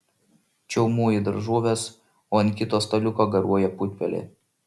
čiaumoji daržoves o ant kito staliuko garuoja putpelė